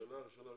בשנה ראשונה.